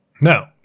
No